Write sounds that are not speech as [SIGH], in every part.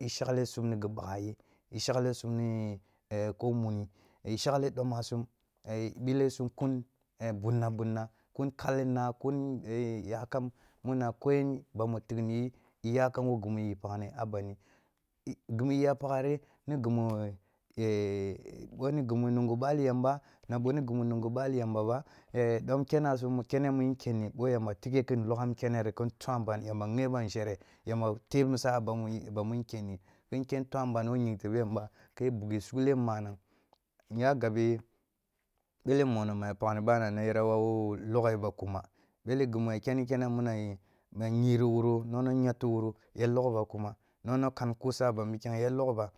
I shagle sum ni go magha ye i shaghle sum nieko muni, i shagle doma sum e e bile sum kum bunna bunna kun kalli nak un gakham muna kogen bamu tighni yi iya kam wo gimu yi pakhni benni i gimu iya paghan, yamba na bomi gimu munga bali yam aba e do kene sun me kene mun kenni boy amba tighe kin nlogham keneni kin nloam ban, yamba ghaban nghere, yamba musa a bami i baminkyanni kinken twen ban wo ying tebe yamba ki bughi sughle manang nya yabe mele momo mu ga palh ni banana ya wowu logghe ba kuma, bele gimu wura nongna gette wuri ya logh ba kuma nongna kam kusa a bam bikyeng ya logh ba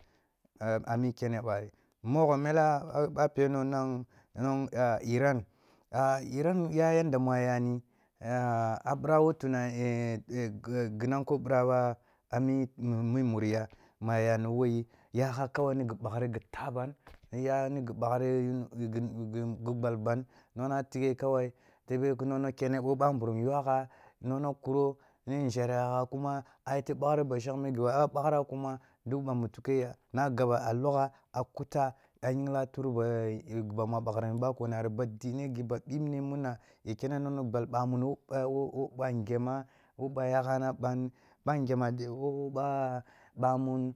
a ni kene bari. mogho mela a ba peno nong-nong nan a ran ya yadda mu a ya ni a bira wo tura [UNINTELLIGIBLE] gmanko bira ba a mi imusi ya ma ag agni wo yi yakhe kawai ngi baghiri gi ta ban ni ya gi baghri gi-gi-gi gbal ban nong na tighe kanna tebe bo nzhebe gha kuma a geto baghri ba shagme gib a ba a bathna kuma dik bamu lukaya na a gaba a logha a kuta a yingha tur ba a a gibana a bakhri ni bako nani ba dine gi ba bibne muna y akene nangna gbal bamum, e e wo ba ngyema, wo bay a ghana ban bangyana dai wo ba